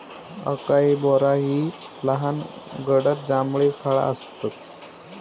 acai बोरा ही लहान गडद जांभळी फळा आसतत